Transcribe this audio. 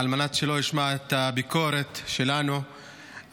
על מנת שלא ישמע את הביקורת שלנו על